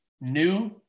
new